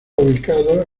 ubicado